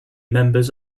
members